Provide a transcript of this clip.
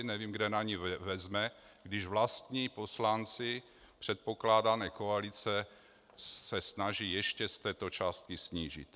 Nevím, kde na ni vezme, když vlastní poslanci předpokládané koalice se snaží ještě z této částky snížit.